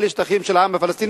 אלה שטחים של העם הפלסטיני,